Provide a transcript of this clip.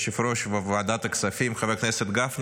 יושב-ראש ועדת הכספים חבר הכנסת גפני,